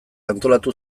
antolatu